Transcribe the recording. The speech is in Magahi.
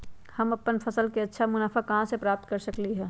हम अपन फसल से अच्छा मुनाफा कहाँ से प्राप्त कर सकलियै ह?